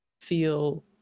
feel